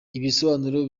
ibisobanuro